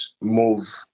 move